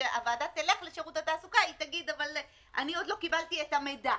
וכשהוועדה תלך לשירות התעסוקה הם יגידו: אבל עוד לא קיבלנו את המידע.